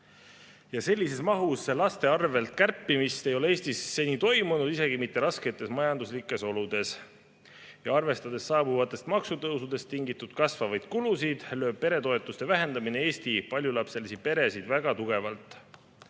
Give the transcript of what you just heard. Sellises mahus laste arvelt kärpimist ei ole Eestis seni toimunud, isegi mitte rasketes majanduslikes oludes. Arvestades saabuvatest maksutõusudest tingitud kasvavaid kulusid, lööb peretoetuste vähendamine Eesti paljulapseliste perede pihta väga tugevalt.